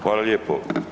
Hvala lijepo.